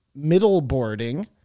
Middleboarding